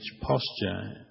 posture